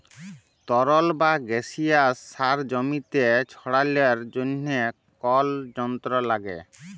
তরল বা গাসিয়াস সার জমিতে ছড়ালর জন্হে কল যন্ত্র লাগে